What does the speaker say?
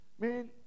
Man